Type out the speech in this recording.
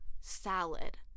salad